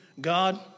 God